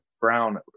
Brown